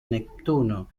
neptuno